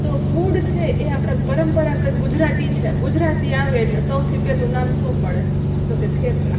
તો ફૂડ છે એ આપણાં પરંપરાગત ગુજરાતી છે ગુજરાતી આવે એટલે સૌથી પહેલું નામ શું પડે તો કે થેપલા